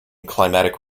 climatic